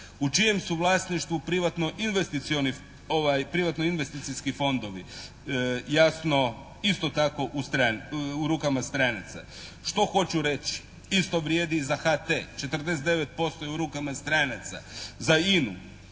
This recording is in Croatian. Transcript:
investicioni, privatno investicijski fondovi? Jasno, isto tako u rukama stranaca. Što hoću reći? Isto vrijedi i za HT. 49% je u rukama stranaca. Za INA-u.